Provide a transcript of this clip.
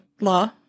law